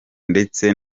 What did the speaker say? ndetse